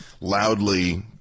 loudly